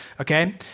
okay